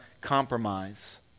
compromise